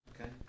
okay